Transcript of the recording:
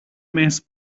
emès